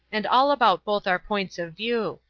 and all about both our points of view.